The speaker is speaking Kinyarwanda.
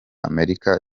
amerika